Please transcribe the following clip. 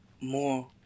more